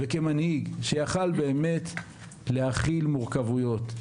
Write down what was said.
כמנהיג, שיכול היה באמת להכיל מורכבויות,